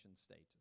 status